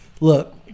look